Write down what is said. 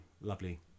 lovely